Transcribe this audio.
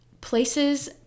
places